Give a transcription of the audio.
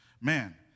Man